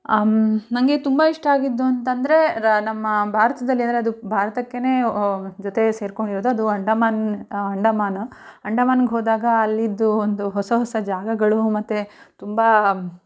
ನನಗೆ ತುಂಬ ಇಷ್ಟ ಆಗಿದ್ದು ಅಂತ ಅಂದ್ರೆ ರ ನಮ್ಮ ಭಾರತದಲ್ಲಿ ಅಂದರೆ ಅದು ಭಾರತಕ್ಕೇನೆ ಜೊತೆ ಸೇರಿಕೊಂಡಿರೋದು ಅದು ಅಂಡಮಾನ್ ಅಂಡಮಾನ್ ಅಂಡಮಾನ್ಗೆ ಹೋದಾಗ ಅಲ್ಲಿದ್ದು ಒಂದು ಹೊಸ ಹೊಸ ಜಾಗಗಳು ಮತ್ತು ತುಂಬ